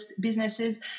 businesses